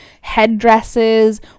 headdresses